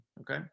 Okay